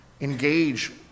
engage